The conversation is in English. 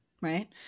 right